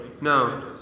no